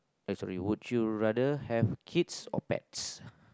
eh sorry would you rather have kids or pets